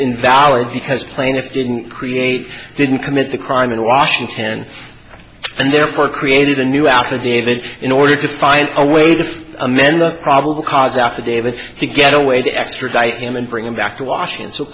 invalid because plaintiff didn't create didn't commit the crime in washington and therefore created a new out of david in order to find a way to amend the probable cause affidavit to get a way to extradite him and bring him back to washington so